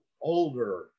older